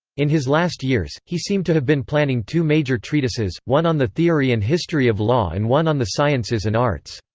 in his last years, years, he seemed to have been planning two major treatises, one on the theory and history of law and one on the sciences and arts.